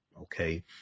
Okay